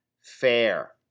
fair